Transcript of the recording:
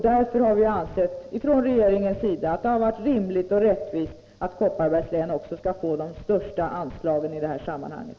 Därför har regeringen ansett det vara rimligt och rättvist att Kopparbergs län skulle få de största anslagen i det här sammanhanget.